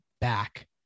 back